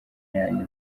yanjye